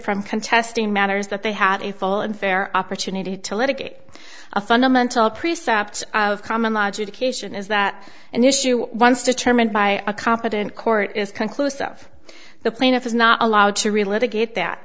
from contesting matters that they had a full and fair opportunity to litigate a fundamental precept of common logic ation is that an issue once determined by a competent court is conclusive the plaintiff is not allowed to relive a gate that